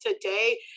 today